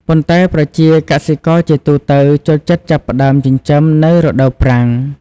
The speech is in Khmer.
ប៉ុន្តែប្រជាកសិករជាទូទៅចូលចិត្តចាប់ផ្ដើមចិញ្ចឹមនៅ រដូវប្រាំង។